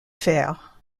fers